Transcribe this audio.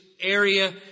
area